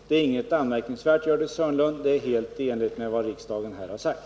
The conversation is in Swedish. Det är inget anmärkningsvärt, Gördis Hörnlund, utan helt i enlighet med vad riksdagen här har sagt.